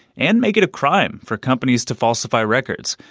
and make it a crime for companies to falsify records.